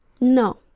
No